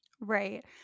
Right